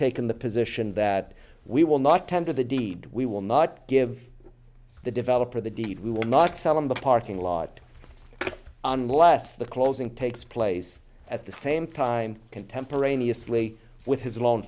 taken the position that we will not tender the deed we will not give the developer the deed we will not sell on the parking lot unless the closing takes place at the same time contemporaneously with his lon